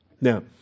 Now